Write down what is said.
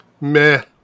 Meh